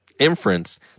inference